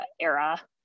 era